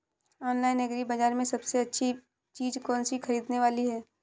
Online agri बाजार में सबसे अच्छी चीज कौन सी ख़रीदने वाली है?